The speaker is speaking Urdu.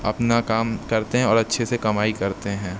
اپنا کام کرتے ہیں اور اچھے سے کمائی کرتے ہیں